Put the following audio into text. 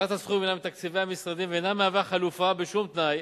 יתרת הסכום היא מתקציבי המשרדים ואינה מהווה חלופה בשום תנאי